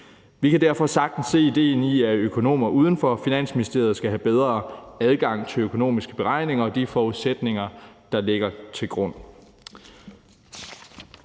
Vi kan derfor sagtens se idéen i, at økonomer uden for Finansministeriet skal have bedre adgang til økonomiske beregninger og de forudsætninger, der ligger til grund